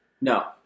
No